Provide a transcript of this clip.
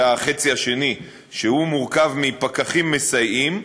זה החצי השני, שהוא מורכב מפקחים מסייעים,